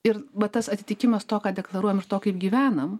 ir va tas atitikimas to ką deklaruojam ir to kaip gyvenam